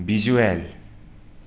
visual